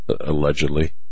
allegedly